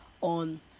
on